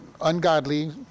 ungodly